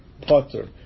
Potter